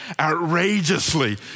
outrageously